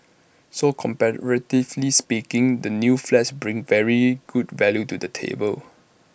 so comparatively speaking the new flats bring very good value to the table